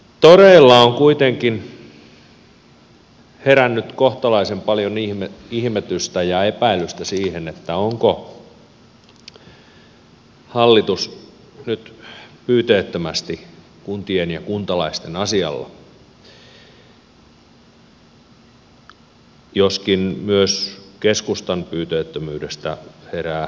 toreilla on kuitenkin herännyt kohtalaisen paljon ihmetystä ja epäilystä sen suhteen onko hallitus nyt pyyteettömästi kuntien ja kuntalaisten asialla joskin myös keskustan pyyteettömyydestä herää epäilyksiä